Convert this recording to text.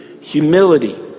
humility